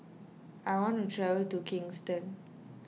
I want to travel to Kingston